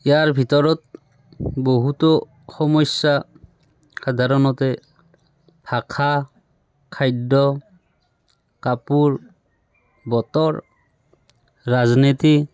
ইয়াৰ ভিতৰত বহুতো সমস্যা সাধাৰণতে ভাষা খাদ্য কাপোৰ বতৰ ৰাজনীতি